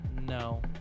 No